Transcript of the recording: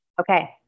Okay